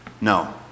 No